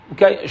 Okay